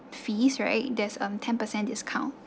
fees right there's um ten percent discount